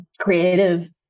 creative